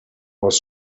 was